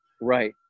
right